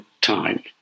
time